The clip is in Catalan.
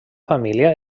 família